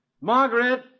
Margaret